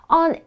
on